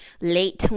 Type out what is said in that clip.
late